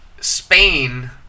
Spain